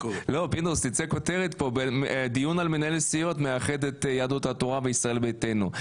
תצא כותרת פה: דיון על מנהלי סיעות מאחד את יהדות התורה וישראל ביתנו.